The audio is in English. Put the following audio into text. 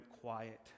quiet